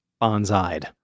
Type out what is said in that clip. bonsai'd